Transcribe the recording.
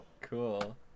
Cool